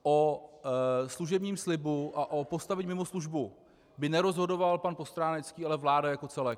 O služebním slibu a o postavení mimo službu, by nerozhodoval pan Postránecký, ale vláda jako celek.